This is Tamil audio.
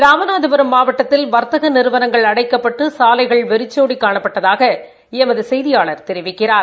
ராமநாதபுரம் மாவட்டத்தில் வாத்தக நிறுவனங்கள் அடைக்கப்பட்டு சாலைகள் வெறிளோடி காணப்பட்டதாக எமது செய்தியாளர் தெரிவிக்கிறார்